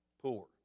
poor